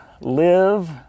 live